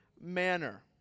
manner